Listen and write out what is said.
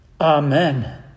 Amen